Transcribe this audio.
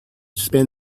spend